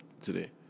today